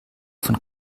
von